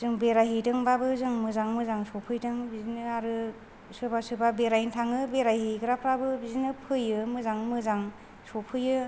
जों बेरायहैदोंबाबो जों मोजाङै मोजां सौफैदों बिदिनो आरो सोरबा सोरबा बेरायनो थाङो बेरायहैग्राफ्राबो बिदिनो फैयो मोजाङै मोजां सौफैयो